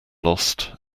lost